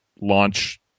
launch